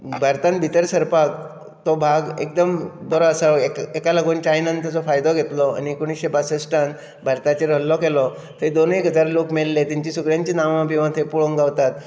भारतांत भितर सरपाक तो भाग एकदम बरो आसा हेका लागून चायनान ताचो फायदो घेतलो आनी एकुणशे बासश्टांत भारताचेर हल्लो केलो थंय दोन एक हजार लोक मेल्ले तांचीं सगळ्यांचीं नांवां बिवां थंय पळोवंक गावतात